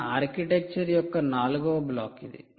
మన ఆర్కిటెక్చర్ యొక్క నాల్గవ బ్లాక్ ఇది